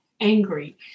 angry